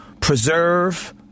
preserve